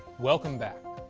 welcome back!